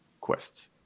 quests